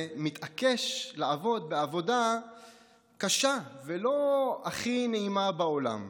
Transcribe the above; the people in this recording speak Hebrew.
מתעקש לעבוד בעבודה קשה ולא הכי נעימה בעולם,